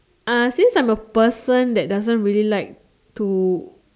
uh since I'm a person that doesn't really like to